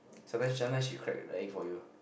sometimes sometimes she crack the egg for you